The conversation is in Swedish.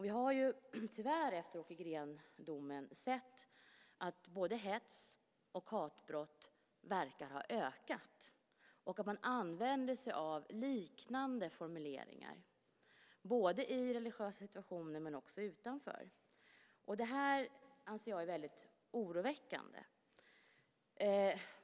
Vi har tyvärr efter Åke Green-domen sett att både hets och hatbrott verkar ha ökat. Man använder sig av liknande formuleringar både i religiösa situationer och också utanför. Det här är alltså väldigt oroväckande.